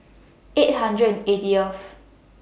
eight hundred and eightieth